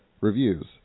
reviews